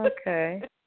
Okay